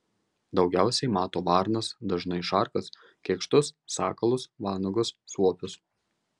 daugiausiai mato varnas dažnai šarkas kėkštus sakalus vanagus suopius